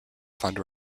fund